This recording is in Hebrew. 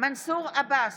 מנסור עבאס,